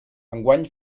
enguany